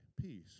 peace